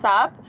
up